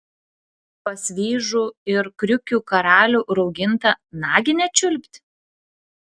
pas vyžų ir kriukių karalių raugintą naginę čiulpt